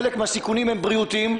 חלק מהסיכונים הם בריאותיים,